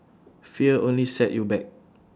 fear only set you back